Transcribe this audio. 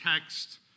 text